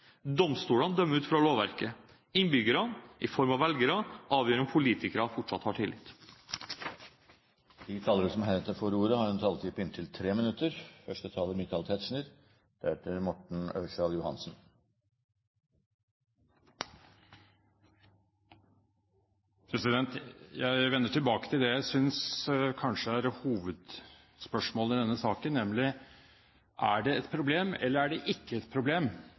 Domstolene dømmer ut fra lovverket. Innbyggerne – i form av velgerne – avgjør om politikerne fortsatt har tillit. De talere som heretter får ordet, har en taletid på inntil 3 minutter. Jeg vender tilbake til det jeg synes kanskje er hovedspørsmålet i denne saken, nemlig: Er det et problem, eller er det ikke et problem